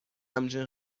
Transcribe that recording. همچنین